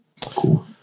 cool